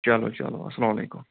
چلو چلو اسلامُ علیکم